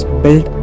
built